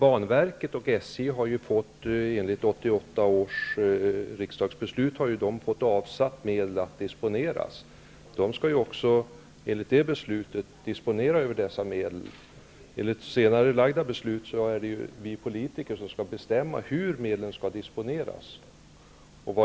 Herr talman! Enligt 1988 års trafikpolitiska beslut har banverket och SJ fått medel att disponera. Enligt beslutet skall de disponera över dessa medel. Enligt senare beslut är det vi politiker som skall bestämma hur medlen skall disponeras.